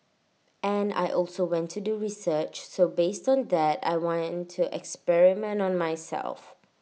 and I also went to do research so based on that I went to experiment on myself